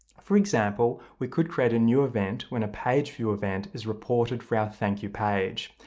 for example, we could create a new event when a page view event is reported for our thank you page.